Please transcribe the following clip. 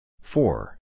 four